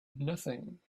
nothing